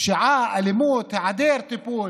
פשיעה, אלימות, היעדר טיפול,